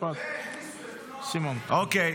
שריינתם את אופיר